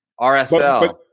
RSL